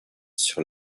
sur